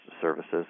services